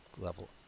level